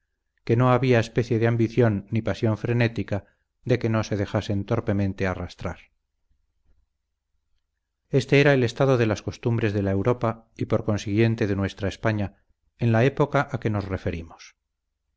que no había especie de ambición ni pasión frenética de que no se dejasen torpemente arrastrar este era el estado de las costumbres de la europa y por consiguiente de nuestra españa en la época a que nos referimos